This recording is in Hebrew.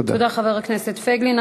תודה, חבר הכנסת פייגלין.